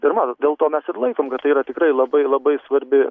ir matot dėl to mes ir laikom tai yra tikrai labai labai svarbi